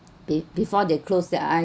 be~ before they close their eye